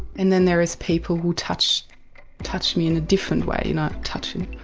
and then there is people who'll touch touch me in a different way, you know, touching,